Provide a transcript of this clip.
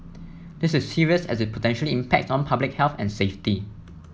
this is serious as it potentially impacts on public health and safety